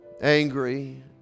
angry